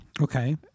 okay